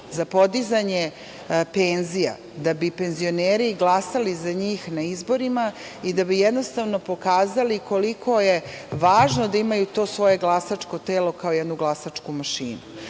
za podizanje penzija da bi penzioneri glasali za njih na izborima i da bi jednostavno pokazali koliko je važno da imaju to svoje glasačko telo kao jednu glasačku mašinu.Za